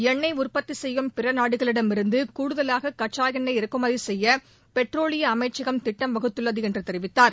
எண்ணொய் உற்பத்தி செய்யும் பிற நாடுகளிடமிருந்து கூடுதலாக கச்சா எண்ணொய் இறக்குமதி செய்ய பெட்ரோலிய அமைச்சகம் திட்டம் வகுத்துள்ளது என்று தெரிவித்தார்